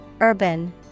Urban